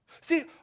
See